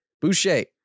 Boucher